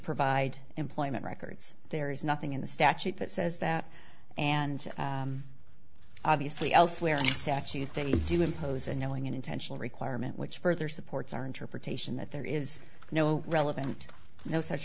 provide employment records there is nothing in the statute that says that and obviously elsewhere in statute they do impose a knowing and intentional requirement which further supports our interpretation that there is no relevant no such